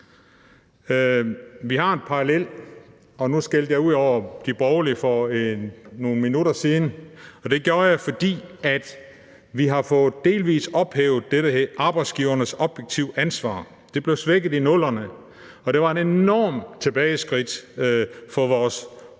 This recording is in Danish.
Vi har en parallel. Og nu skældte jeg ud på de borgerlige for nogle minutter siden, og det gjorde jeg, fordi vi har fået delvis ophævet det, der hedder arbejdsgivernes objektive ansvar. Det blev svækket i 00'erne, og det var et enormt tilbageskridt for vores